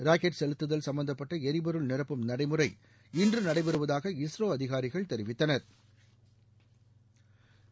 rocket செலுத்துதல் சம்மந்தப்பட்ட எரிப்பொருள் நிரப்பும் நடைமுறை இன்று நடைபெறுவதாக இஸ்ரோ அதிகாரிகள் தெரிவித்தனா்